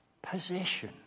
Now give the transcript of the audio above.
Possession